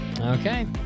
Okay